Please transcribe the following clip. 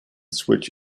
switch